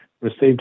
received